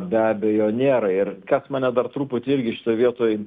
be abejo nėra ir kas mane dar truputį irgi šitoj vietoj